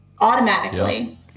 automatically